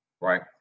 Right